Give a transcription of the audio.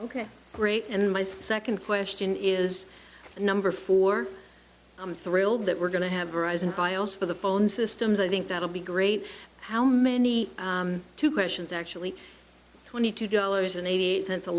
ok great and my second question is number four i'm thrilled that we're going to have risen files for the phone systems i think that'll be great how many two questions actually twenty two dollars and eight cents a